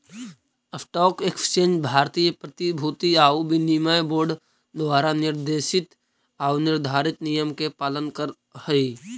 stock exchange भारतीय प्रतिभूति आउ विनिमय बोर्ड द्वारा निर्देशित आऊ निर्धारित नियम के पालन करऽ हइ